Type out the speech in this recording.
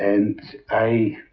and i